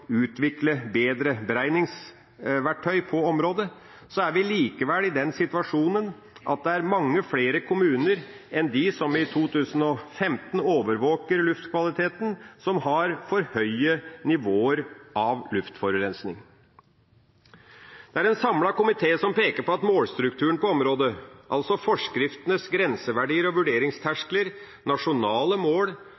utvikle bedre beregningsverktøy på området, så er vi likevel i den situasjonen at det er mange flere kommuner enn de som i 2015 overvåket luftkvaliteten, som har for høye nivåer av luftforurensning. Det er en samlet komité som peker på at målstrukturen på området, altså forskriftenes grenseverdier og